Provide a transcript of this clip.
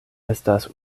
estas